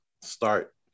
start